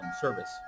service